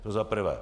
To za prvé.